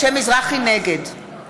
בעד יעקב מרגי,